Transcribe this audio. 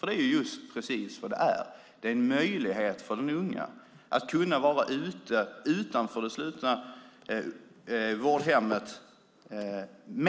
Det är precis vad det är - det är en möjlighet för de unga att vara ute, utanför det slutna vårdhemmet.